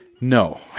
No